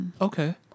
Okay